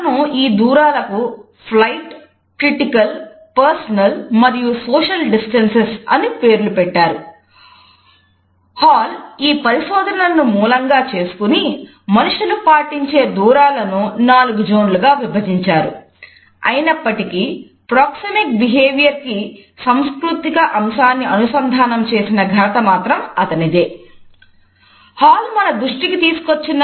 అతను ఈ దూరాలకు ఫ్లైట్ కి సాంస్కృతిక అంశాన్ని అనుసంధానం చేసిన ఘనత అతనిది మాత్రమే